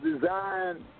designed